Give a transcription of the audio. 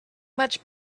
much